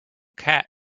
cat